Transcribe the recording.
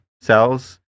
cells